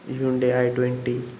Hyundai I twenty